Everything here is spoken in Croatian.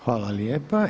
Hvala lijepa.